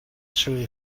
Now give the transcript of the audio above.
chewy